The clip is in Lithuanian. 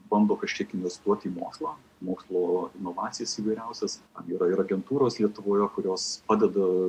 bando kažkiek investuoti į mokslą mokslo inovacijas įvairiausias tam yra ir agentūros lietuvoje kurios padeda